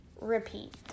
Repeat